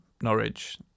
norwich